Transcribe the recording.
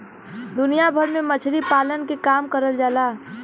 दुनिया भर में मछरी पालन के काम करल जाला